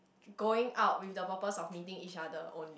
going out with the purpose of meeting each other own